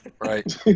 Right